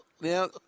Now